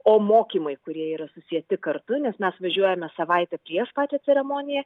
o mokymai kurie yra susieti kartu nes mes važiuojame savaitė prieš pačią ceremoniją